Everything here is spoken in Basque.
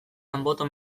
anboto